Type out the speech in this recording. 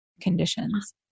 conditions